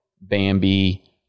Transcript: Bambi